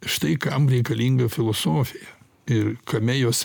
štai kam reikalinga filosofija ir kame jos